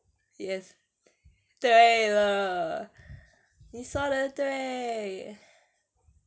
yes 对了你说得对